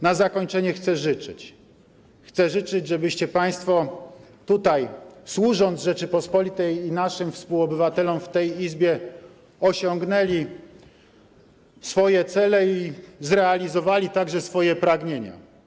Na zakończenie chcę życzyć, żeby Państwo tutaj, służąc Rzeczypospolitej i naszym współobywatelom w tej Izbie, osiągnęli swoje cele i zrealizowali także swoje pragnienia.